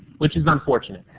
which is unfortunate.